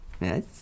Yes